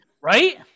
Right